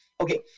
okay